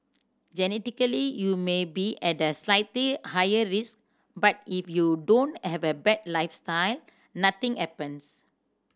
genetically you may be at a slightly higher risk but if you don't have a bad lifestyle nothing happens